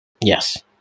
Yes